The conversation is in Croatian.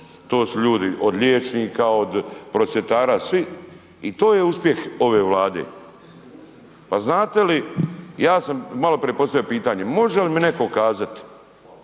to su ljudi od liječnika od prosvjetara, svi i to je uspjeh ove Vlade. Pa znate li ja sam maloprije postavio pitanje, može li mi neko kazati